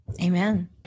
Amen